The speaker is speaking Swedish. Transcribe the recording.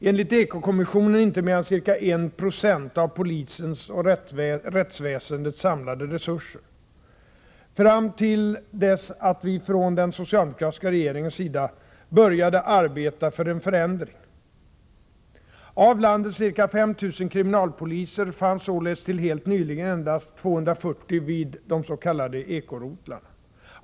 Enligt eko-kommissionen inte mer än ca 1 96 av polisens och rättsväsendets samlade resurser, fram till dess att vi från den socialdemokratiska regeringens sida började arbeta för en förändring: —- Av landets ca 5 000 kriminalpoliser fanns således, till helt nyligen, endast 240 vid de s.k. eko-rotlarna.